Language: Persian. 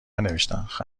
نوشتهاند